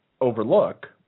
overlook